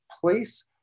place